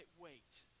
Wait